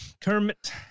Kermit